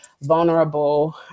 vulnerable